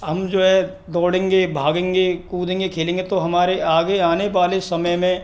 हम जो है दौड़ेंगे भागेंगे कूदेंगे खेलेंगे तो हमारे आगे आने वाले समय में